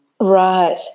right